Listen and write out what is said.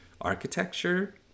architecture